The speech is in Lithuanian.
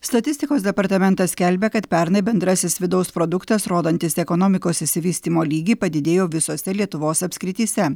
statistikos departamentas skelbia kad pernai bendrasis vidaus produktas rodantis ekonomikos išsivystymo lygį padidėjo visose lietuvos apskrityse